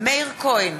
מאיר כהן,